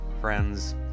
Friends